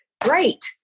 great